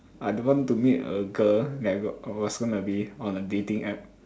I don't want to meet a girl that was gonna be on a dating app